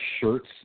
shirts